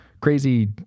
crazy